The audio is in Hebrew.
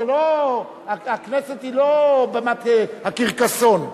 הכנסת היא לא במת הקרקסון.